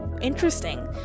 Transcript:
interesting